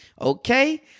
Okay